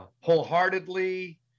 wholeheartedly